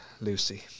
Lucy